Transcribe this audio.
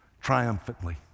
Triumphantly